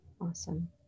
Awesome